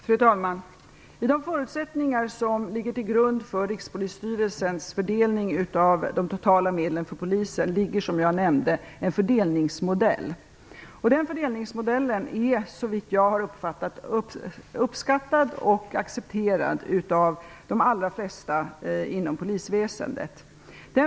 Fru talman! I de förutsättningar som ligger till grund för Rikspolisstyrelsens fördelning av de totala medlen till Polisen ligger, som jag nämnde, en fördelningsmodell. Den fördelningsmodellen är, såvitt jag har uppfattat det, uppskattad och accepterad av de allra flesta inom polisväsendet.